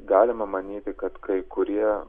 galima manyti kad kai kurie